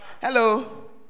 Hello